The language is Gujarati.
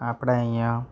આપણે અહીંયા